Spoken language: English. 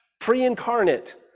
pre-incarnate